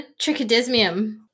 Trichodesmium